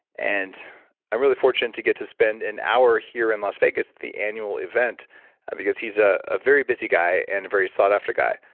and i'm really fortunate to get to spend an hour here in las vegas at the annual event because he's ah a very busy guy and a very sought after guy.